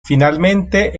finalmente